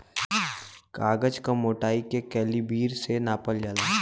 कागज क मोटाई के कैलीबर से नापल जाला